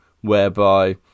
whereby